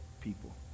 people